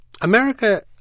America